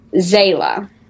Zayla